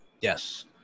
yes